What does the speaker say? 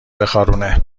بخارونه